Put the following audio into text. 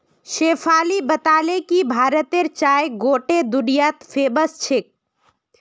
शेफाली बताले कि भारतेर चाय गोट्टे दुनियात फेमस छेक